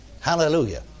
Hallelujah